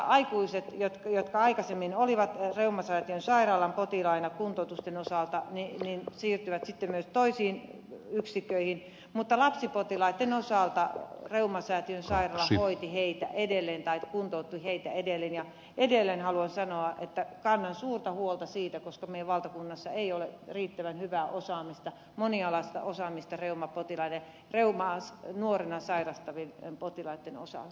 aikuiset jotka aikaisemmin olivat reumasäätiön sairaalan potilaina kuntoutusten osalta siirtyivät sitten myös toisiin yksiköihin mutta lapsipotilaita reumasäätiön sairaala hoiti edelleen tai kuntoutti edelleen ja edelleen haluan sanoa että kannan suurta huolta siitä koska meidän valtakunnassamme ei ole riittävän hyvää monialaista osaamista reumapotilaille reumaa nuorena sairastavien potilaitten osalta